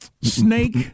Snake